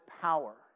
power